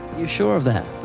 you sure of that?